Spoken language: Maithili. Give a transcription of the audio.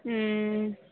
हूँ